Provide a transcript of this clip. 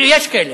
ויש כאלה.